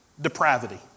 depravity